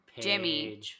Jimmy